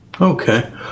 Okay